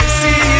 see